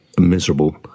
miserable